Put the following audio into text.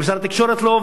גם משרד התקשורת לא,